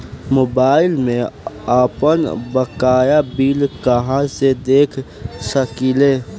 Mobile में आपनबकाया bill कहाँसे देख सकिले?